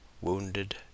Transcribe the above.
Wounded